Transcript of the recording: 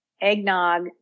eggnog